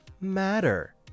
matter